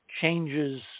changes